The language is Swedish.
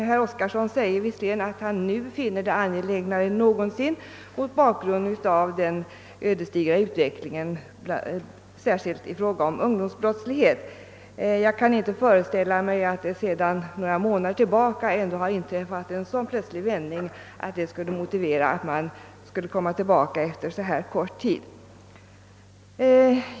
Herr Oskarson säger visserligen att han nu finner sitt förslag mera angeläget än någonsin mot bakgrunden av den ödesdigra utvecklingen särskilt i fråga om ungdomsbrottsligheten. Jag kan inte föreställa mig att det under de senaste månaderna har inträffat en så plötslig vändning att det skulle motivera att man kommer tillbaka efter så kort tid.